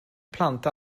plant